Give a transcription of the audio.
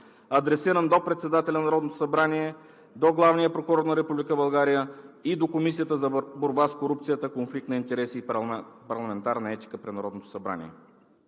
адресиран до председателя на Народното събрание, до Главния прокурор на Република България и до Комисията за борба с корупцията, конфликт на интереси и парламентарна етика при Народното събрание.